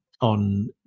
on